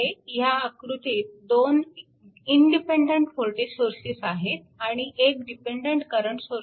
ह्या आकृतीत दोन इंडिपेन्डन्ट वोल्टेज सोर्सेस आहेत आणि एक डिपेन्डन्ट करंट सोर्स आहे